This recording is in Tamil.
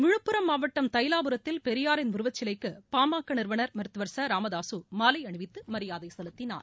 விழுப்புரம் மாவட்டம் தைலாபுரத்தில் பெரியாரின் உருவச்சிலைக்கு பாமக நிறுவனர் மருத்துவ ச ராமதாசு மாலை அணிவித்து மரியாதை செலுத்தினார்